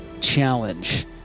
Challenge